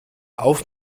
auf